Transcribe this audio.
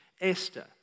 Esther